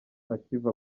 akiva